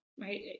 right